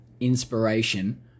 inspiration